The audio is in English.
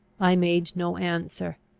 i made no answer.